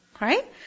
Right